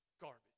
garbage